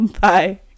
Bye